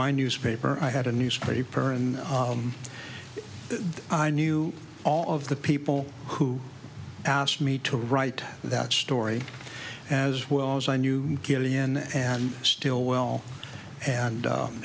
my newspaper i had a newspaper and i knew all of the people who asked me to write that story as well as i knew killian and stillwell and